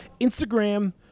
Instagram